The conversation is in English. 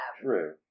True